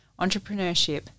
entrepreneurship